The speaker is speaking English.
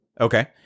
Okay